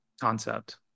concept